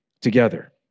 together